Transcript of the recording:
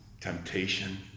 temptation